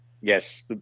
yes